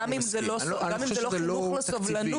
גם אם זה לא חינוך לסובלנות,